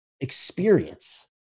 experience